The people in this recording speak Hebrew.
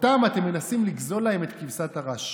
מהם אתם מנסים לגזול את כבשת הרש.